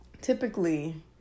typically